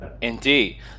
Indeed